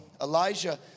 Elijah